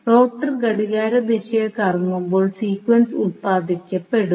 rotor ഘടികാരദിശയിൽ കറങ്ങുമ്പോൾ sequence ഉൽപാദിപ്പിക്കപ്പെടുന്നു